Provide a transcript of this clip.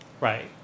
right